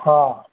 हा